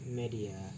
media